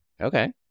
Okay